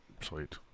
Sweet